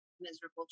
miserable